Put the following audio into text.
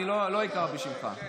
אני לא אקרא בשמך.